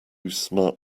smart